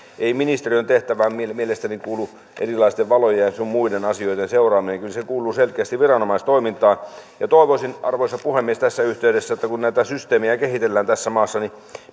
ei ministeriön tehtävään mielestäni kuulu erilaisten valojen sun muiden asioiden seuraaminen kyllä se kuuluu selkeästi viranomaistoimintaan toivoisin arvoisa puhemies tässä yhteydessä että kun näitä systeemejä kehitellään tässä maassa niin